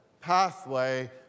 pathway